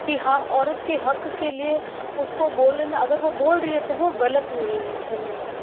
कि हाँ औरत के हक़ के लिए उसको बोलना अगर वो बोल रही है तो वो ग़लत नहीं है धन्यवाद